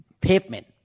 Pavement